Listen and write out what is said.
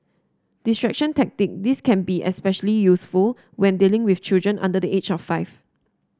distraction tactic this can be especially useful when dealing with children under the age of five